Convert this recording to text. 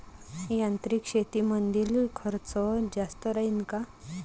यांत्रिक शेतीमंदील खर्च जास्त राहीन का?